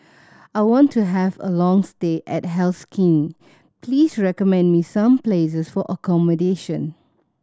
I want to have a long stay at Helsinki please recommend me some places for accommodation